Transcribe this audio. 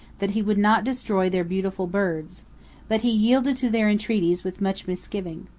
that he would not destroy their beautiful birds but he yielded to their entreaties with much misgiving.